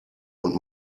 und